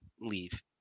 Leave